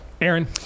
Aaron